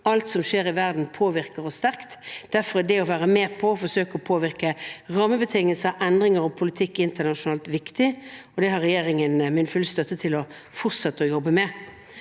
Alt som skjer i verden, påvirker oss sterkt. Derfor er det viktig å være med på og forsøke å påvirke rammebetingelser, endringer og politikk internasjonalt, og det har regjeringen min fulle støtte til å fortsette å jobbe med.